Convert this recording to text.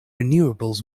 renewables